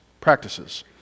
practices